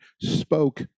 spoke